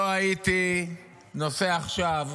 לא הייתי נושא עכשיו